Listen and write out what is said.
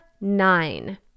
nine